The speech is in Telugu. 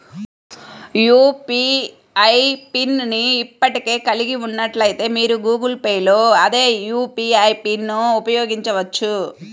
యూ.పీ.ఐ పిన్ ను ఇప్పటికే కలిగి ఉన్నట్లయితే, మీరు గూగుల్ పే లో అదే యూ.పీ.ఐ పిన్ను ఉపయోగించవచ్చు